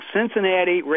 Cincinnati